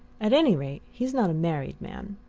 at any rate, he's not a married man.